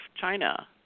China